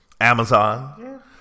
Amazon